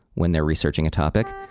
when they're researching a topic.